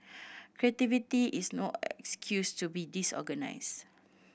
creativity is no excuse to be disorganised